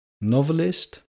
novelist